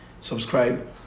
Subscribe